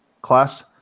class